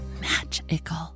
magical